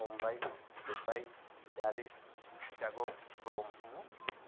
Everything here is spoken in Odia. Mumbai Dubai Paris Chicago Rome